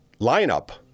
lineup